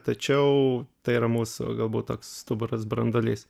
tačiau tai yra mūsų galbūt toks stuburas branduolys